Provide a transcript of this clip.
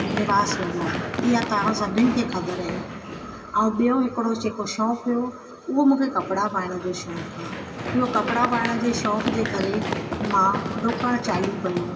निवास हूंदो आहे ईअं तव्हां सभिनि खे ख़बर आहे ऐं ॿियों हिकिड़ो जेको शौक़ु हुयो उहो मूंखे कपिड़ा पाइण जो शौक़ु आहे इहो कपिड़ा पाइण जे शौक़ जे करे मां ॾुकणु चालू कयो